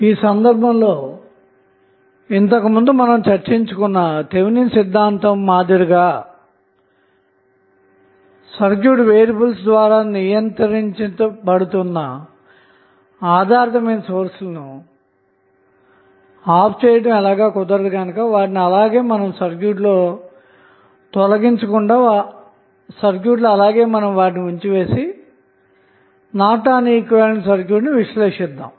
ఈ సందర్భంలో ఇంతకుముందు చర్చించిన థెవెనిన్ సిద్ధాంతం మాదిరిగా సర్క్యూట్ వేరియబుల్స్ ద్వారా నియంత్రించబడుతున్న ఆధారితమైన సోర్స్ లను ఆపటం ఆపటం కుదరదు అలాగే వాటిని సర్క్యూట్ నుండి తొలగించలేము గనక వాటిని అలాగే సర్క్యూట్ లో ఉంచివేసి నార్టన్ ఈక్వివలెంట్ సర్క్యూట్ను విశ్లేషిద్దాము